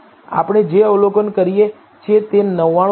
આપણે જે અવલોકન કરીએ છીએ તે 99